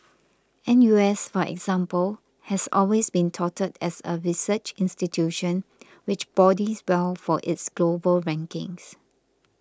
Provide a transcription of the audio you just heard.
N U S for example has always been touted as a research institution which bodes well for its global rankings